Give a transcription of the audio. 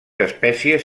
espècies